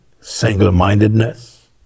single-mindedness